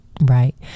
right